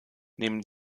neben